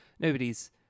Nobody's